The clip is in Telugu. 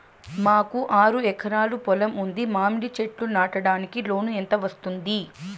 మాకు ఆరు ఎకరాలు పొలం ఉంది, మామిడి చెట్లు నాటడానికి లోను ఎంత వస్తుంది?